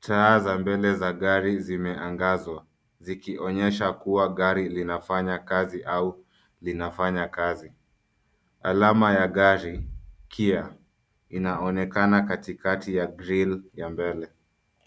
Taa za mbele za gari zimeangazwa zikionyesha kua gari linafanya kazi au linafanya kazi. Alama ya gari, KIA, inaonekana katikati ya grill ya mbele.